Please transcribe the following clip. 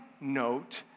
note